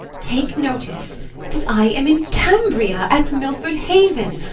take notice that i am in cambria, at milford haven.